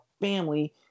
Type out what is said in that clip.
family